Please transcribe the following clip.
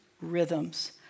rhythms